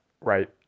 right